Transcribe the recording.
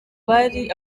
bari